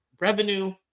revenue